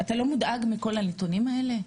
אתה לא מודאג מכל הנתונים האלה?